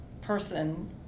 person